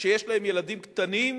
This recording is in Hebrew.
שיש להן ילדים קטנים,